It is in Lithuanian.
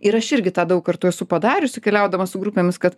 ir aš irgi tą daug kartų esu padariusi keliaudama su grupėmis kad